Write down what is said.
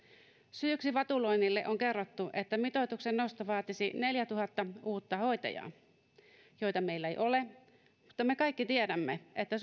syyksi vatuloinnille on kerrottu että mitoituksen nosto vaatisi neljätuhatta uutta hoitajaa joita meillä ei ole mutta me kaikki tiedämme että